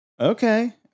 Okay